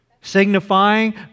signifying